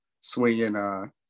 swinging